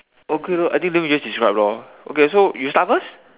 okay lor I think then we just describe lor okay so you start first